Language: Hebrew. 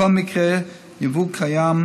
כל מקרה של ייבוא גורם